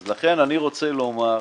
ואז לכן אני רוצה לומר: